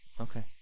okay